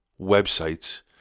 websites